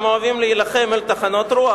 הם אוהבים להילחם בטחנות רוח,